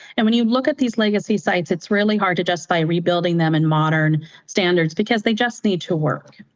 and when you look at these legacy sites, it's really hard to justify rebuilding them in modern standards because they just need to work.